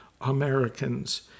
Americans